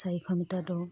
চাৰিশ মিটাৰ দৌৰ